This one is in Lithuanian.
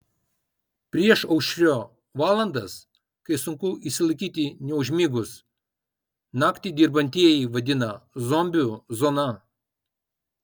priešaušrio valandas kai sunku išsilaikyti neužmigus naktį dirbantieji vadina zombių zona